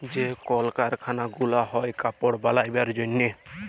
যে কল কারখালা গুলা হ্যয় কাপড় বালাবার জনহে